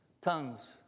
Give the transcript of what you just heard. tongues